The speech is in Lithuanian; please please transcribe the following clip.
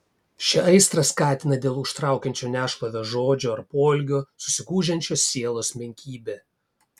šią aistrą skatina dėl užtraukiančio nešlovę žodžio ar poelgio susigūžiančios sielos menkybė